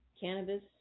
Cannabis